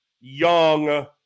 young